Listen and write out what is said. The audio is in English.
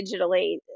digitally